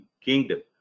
kingdom